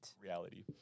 reality